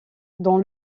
dans